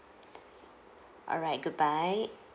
alright goodbye